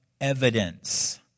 evidence